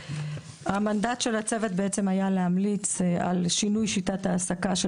המנדט של הצוות היה להמליץ על שינוי שיטת ההעסקה של